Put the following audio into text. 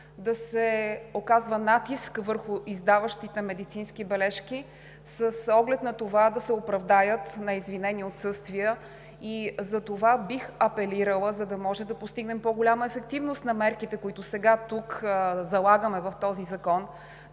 да се оказва натиск върху издаващите медицински бележки с оглед на това да се оправдаят неизвинени отсъствия и затова бих апелирала, за да можем да постигнем по-голяма ефективност на мерките, които сега тук залагаме в този закон,